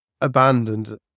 abandoned